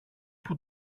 που